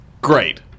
Great